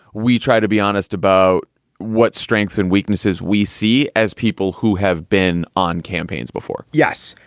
we try to be honest about what strengths and weaknesses we see as people who have been on campaigns before yes.